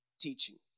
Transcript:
teaching